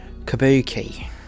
kabuki